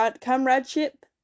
Comradeship